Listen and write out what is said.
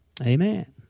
Amen